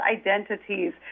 identities